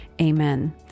amen